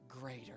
greater